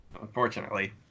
Unfortunately